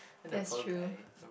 that's true